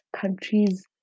countries